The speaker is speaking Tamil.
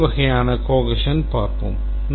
வெவ்வேறு வகையான cohesion பார்ப்போம்